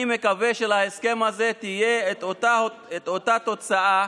אני מקווה שלהסכם הזה תהיה אותה תוצאה